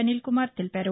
అనిల్ కుమార్ తెలిపారు